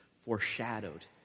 foreshadowed